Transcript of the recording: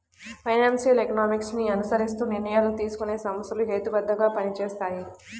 financial economics ని అనుసరిస్తూ నిర్ణయాలు తీసుకునే సంస్థలు హేతుబద్ధంగా పనిచేస్తాయి